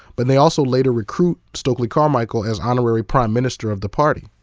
but they also later recruit stokely carmichael as honorary prime minister of the party.